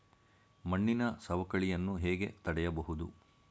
ಮಣ್ಣಿನ ಸವಕಳಿಯನ್ನು ಹೇಗೆ ತಡೆಯಬಹುದು?